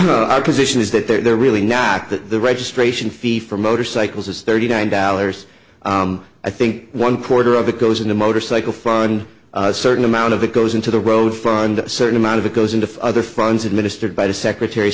know our position is that they're really not that the registration fee for motorcycles is thirty nine dollars i think one quarter of it goes into motorcycle fund a certain amount of it goes into the road fund a certain amount of it goes into other funds administered by the secretary of